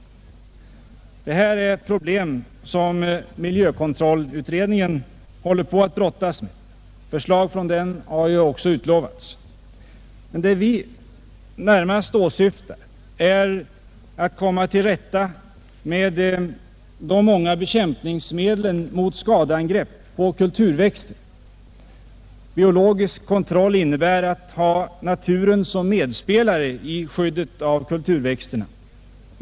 Det här är problem som miljökontrollutredningen håller på att brottas med. Förslag från den har utlovats under 1971. Det vi närmast åsyftar är att komma till rätta med de många bekämpningsmedlen mot skadeangrepp på kulturväxter. Biologisk kontroll innebär att ha naturen som medspelare i skyddet av kulturväxterna.